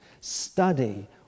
Study